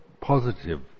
positive